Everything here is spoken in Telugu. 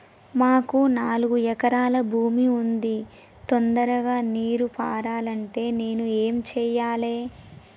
మాకు నాలుగు ఎకరాల భూమి ఉంది, తొందరగా నీరు పారాలంటే నేను ఏం చెయ్యాలే?